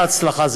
הצלחה?